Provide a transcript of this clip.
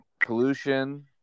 pollution